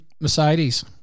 Mercedes